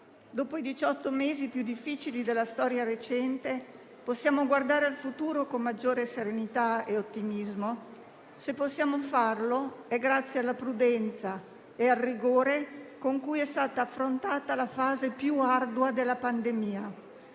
dopo i diciotto mesi più difficili della storia recente, possiamo guardare al futuro con maggiore serenità e ottimismo e, se possiamo farlo, è grazie alla prudenza e al rigore con cui è stata affrontata la fase più ardua della pandemia.